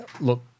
look